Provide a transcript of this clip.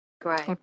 Great